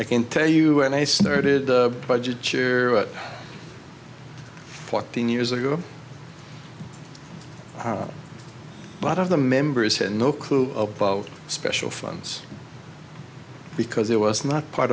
i can tell you and i started the budget fourteen years ago but of the members had no clue about special funds because it was not part